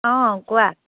অঁ কোৱা